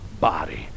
body